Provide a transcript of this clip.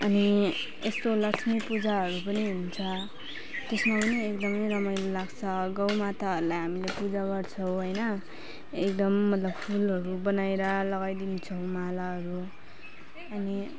अनि यस्तो लक्ष्मी पूजाहरू पनि हुन्छ त्यसमा पनि एकदमै रमाइलो लाग्छ गौमाताहरूलाई हामीले पूजा गर्छौँ होइन एकदम मतलब फूलहरू बनाएर लगाइदिन्छौँ मालाहरू अनि